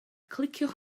cliciwch